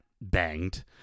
banged